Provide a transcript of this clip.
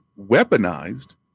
weaponized